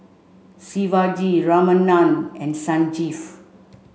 Shivaji Ramanand and Sanjeev